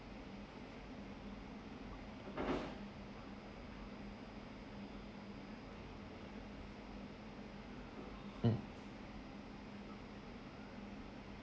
mm